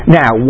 now